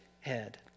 head